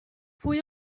pwy